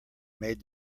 made